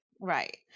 Right